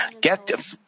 get